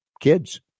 kids